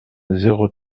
zéro